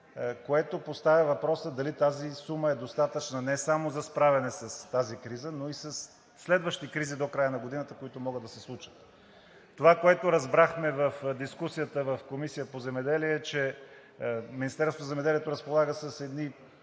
което поставя въпроса дали тази сума е достатъчна не само за справяне с тази криза, но и със следващи кризи до края на годината, които могат да се случат. Това, което разбрахме в дискусията в Комисията по земеделие, е, че Министерството на земеделието разполага с едни